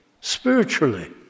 spiritually